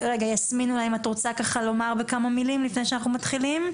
יסמין אולי אם את רוצה ככה לומר בכמה מילים לפני שאנחנו מתחילים?